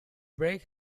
break